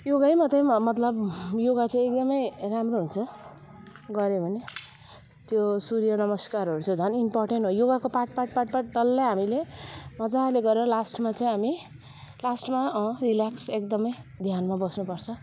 योगै मात्रै म मतलब योगा चाहिँ एकदमै राम्रो हुन्छ गर्यो भने त्यो सूर्य नमस्कारहरू त झन् इम्पोर्टेन्ट हो योगाको पार्ट पार्ट पार्ट पार्ट डल्लै हामीले मजाले गरेर लास्टमा चाहिँ हामी लास्टमा अँ रिल्याक्स एकदमै ध्यानमा बस्नुपर्छ